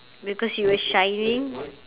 because she was shining